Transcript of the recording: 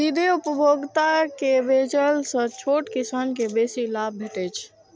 सीधे उपभोक्ता के बेचय सं छोट किसान कें बेसी लाभ भेटै छै